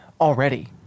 already